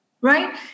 Right